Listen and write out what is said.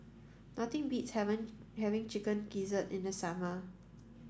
nothing beats having having chicken gizzard in the summer